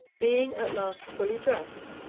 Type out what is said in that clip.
being at last fully dressed,